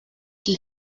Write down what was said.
qui